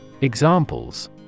Examples